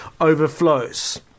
overflows